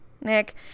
Nick